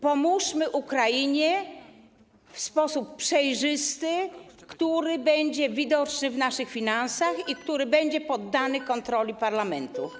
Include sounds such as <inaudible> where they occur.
Pomóżmy Ukrainie w sposób przejrzysty, który będzie widoczny w naszych finansach <noise> i który będzie poddany kontroli parlamentu.